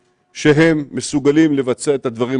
ערך שאפשר לספק לתלמיד בנגינה בעקבות המצב ויחד עם המצב.